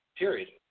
period